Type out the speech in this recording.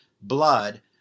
blood